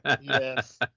Yes